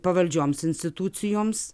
pavaldžioms institucijoms